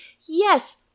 Yes